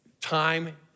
time